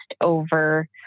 over